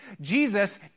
Jesus